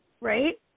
Right